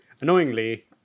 annoyingly